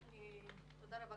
תודה רבה,